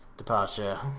departure